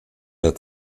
der